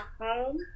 home